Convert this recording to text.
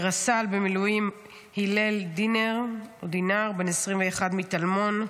רס"ל במילואים הלל דינר בן 21 מטלמון,